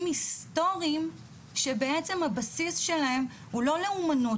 היסטוריים שבעצם הבסיס שלהם הוא לא לאומנות,